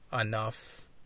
enough